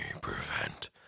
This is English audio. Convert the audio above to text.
prevent